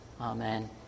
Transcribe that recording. Amen